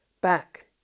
back